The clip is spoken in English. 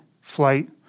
flight